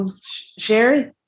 Sherry